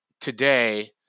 Today